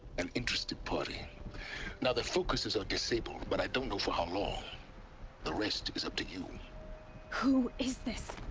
an interested party now their focuses are disabled, but i don't know for how long the rest is up to you who. is this?